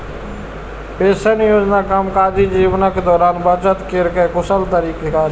pension योजना कामकाजी जीवनक दौरान बचत केर कर कुशल तरीका छियै